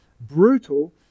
brutal